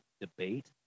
debate